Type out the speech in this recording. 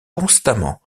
constamment